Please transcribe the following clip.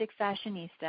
Fashionista